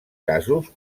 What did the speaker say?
casos